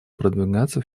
продвигаться